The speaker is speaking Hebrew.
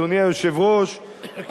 אדוני היושב-ראש,